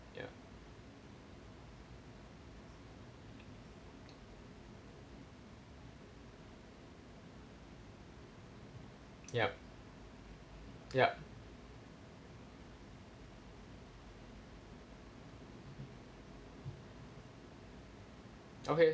yup yup yup okay